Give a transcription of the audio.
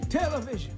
Television